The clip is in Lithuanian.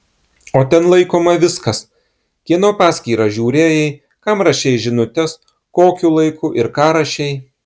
o ten laikoma viskas kieno paskyrą žiūrėjai kam rašei žinutes kokiu laiku ir ką rašei